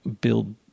build